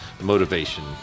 motivation